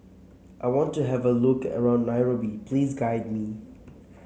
I want to have a look around Nairobi please guide me